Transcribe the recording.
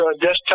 desktop